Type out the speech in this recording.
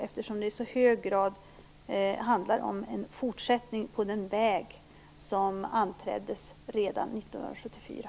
Det handlar i hög grad om en fortsättning på den väg som anträddes redan 1974.